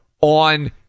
on